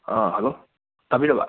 ꯑꯥ hello ꯇꯥꯕꯤꯔꯕ